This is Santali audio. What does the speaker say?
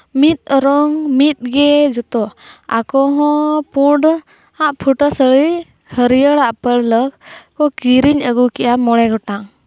ᱢᱤᱫ ᱨᱚᱝ ᱢᱤᱫ ᱜᱮ ᱡᱷᱚᱛᱚ ᱟᱠᱚ ᱦᱚᱸ ᱯᱩᱸᱰ ᱟᱜ ᱯᱷᱩᱴᱟᱹ ᱥᱟᱹᱲᱤ ᱦᱟᱹᱨᱭᱟᱹᱲᱟᱜ ᱯᱟᱹᱲᱞᱟᱹᱠ ᱠᱚ ᱠᱤᱨᱤᱧ ᱟᱹᱜᱩ ᱠᱮᱫᱼᱟ ᱢᱚᱬᱮ ᱜᱚᱴᱟᱝ